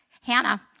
Hannah